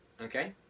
Okay